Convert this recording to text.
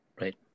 right